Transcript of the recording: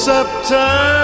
September